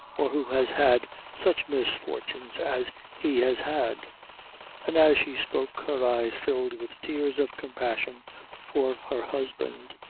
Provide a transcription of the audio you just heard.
or who has had such misfortunes as he has had and as she spoke her eyes filled with tears of compassion for her husband.